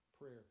Prayer